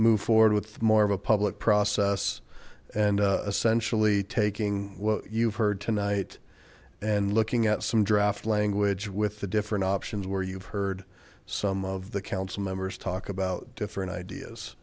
move forward with more of a public process and essentially taking what you've heard tonight and looking at some draft language with the different options where you've heard some of the council members talk about different ideas